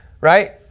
Right